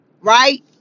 right